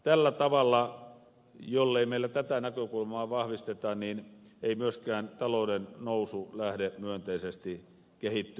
tällä tavalla jollei meillä tätä näkökulmaa vahvisteta ei myöskään talouden nousu lähde myönteisesti kehittymään